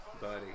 Buddy